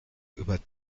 über